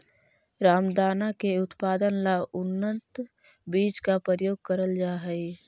रामदाना के उत्पादन ला उन्नत बीज का प्रयोग करल जा हई